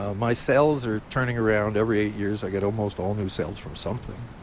ah my cells are turning around. every eight years i get almost all new cells from something.